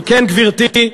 כן, גברתי,